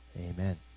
Amen